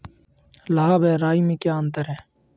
लाह व राई में क्या अंतर है?